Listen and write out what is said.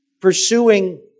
pursuing